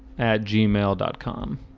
at gmail dot com